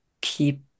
keep